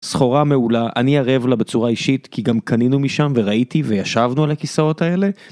סחורה מעולה אני ערב לה בצורה אישית כי גם קנינו משם וראיתי וישבנו על הכיסאות האלה.